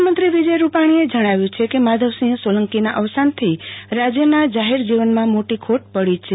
મુખ્યમંત્રી વિજય રૂપાણીએ જણાવ્યુ છે કે માધવસિંહ સોલંકીના અવસાનીથી રાજયના જાહેર જીવનમાં મોટી ખોટ પડી છે